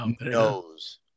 Knows